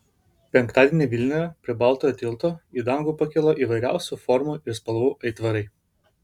penktadienį vilniuje prie baltojo tilto į dangų pakilo įvairiausių formų ir spalvų aitvarai